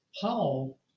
Paul